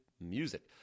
music